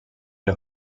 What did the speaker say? los